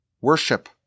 worship